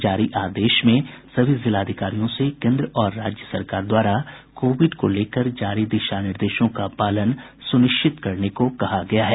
जारी आदेश में सभी जिलाधिकारियों से केन्द्र और राज्य सरकार द्वारा कोविड को लेकर जारी दिशा निर्देशों का पालन सुनिश्चित करने को कहा गया है